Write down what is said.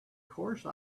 course